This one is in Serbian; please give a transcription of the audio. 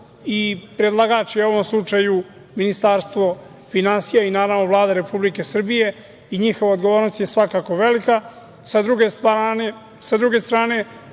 i predlagač je u ovom slučaju Ministarstvo finansija i Vlada Republike Srbije i njihova odgovornost je svakako velika. S druge strane,